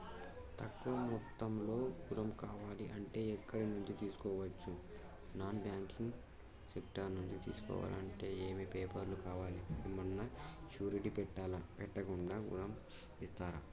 తక్కువ మొత్తంలో ఋణం కావాలి అంటే ఎక్కడి నుంచి తీసుకోవచ్చు? నాన్ బ్యాంకింగ్ సెక్టార్ నుంచి తీసుకోవాలంటే ఏమి పేపర్ లు కావాలి? ఏమన్నా షూరిటీ పెట్టాలా? పెట్టకుండా ఋణం ఇస్తరా?